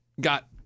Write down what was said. got